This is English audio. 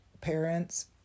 parents